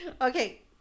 Okay